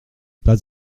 pas